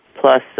plus